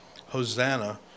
Hosanna